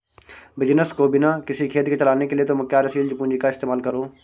business को बिना किसी खेद के चलाने के लिए तुम कार्यशील पूंजी का इस्तेमाल करो